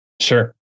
Sure